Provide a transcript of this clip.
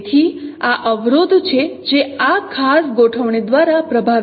તેથી આ અવરોધ છે જે આ ખાસ ગોઠવણી દ્વારા પ્રભાવિત છે